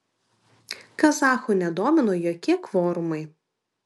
kazachų nedomino jokie kvorumai